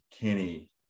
Kenny